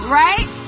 right